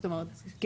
זאת אומרת,